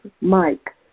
Mike